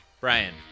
Brian